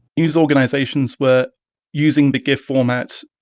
news organisations were using the gif format,